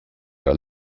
era